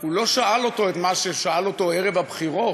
הוא לא שאל אותו את מה ששאל אותו ערב הבחירות